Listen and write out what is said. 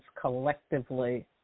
collectively